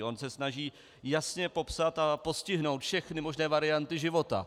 On se snaží jasně popsat a postihnout všechny možné varianty života.